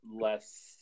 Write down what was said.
less